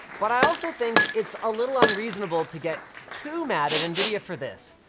but i also think it's a little unreasonable to get too mad at nvidia for this.